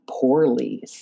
poorly